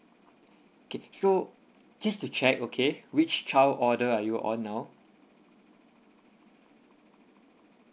okay so just to check okay which child order are you on now